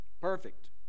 Perfect